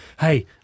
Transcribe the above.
Hey